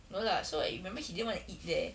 no lah so like remember he didn't want to eat there